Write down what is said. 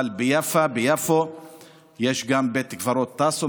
אבל ביפו יש את בית הקברות טאסו,